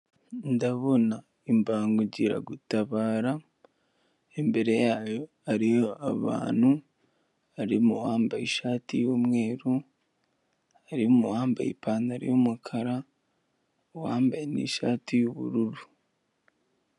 Ndabona imbangukiragutabara, imbere yayo hariho abantu harimo uwambaye ishati y'umweru, harimo uwambaye ipantaro y'umukara, uwambaye n'ishati y'ubururu.